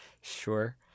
Sure